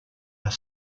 are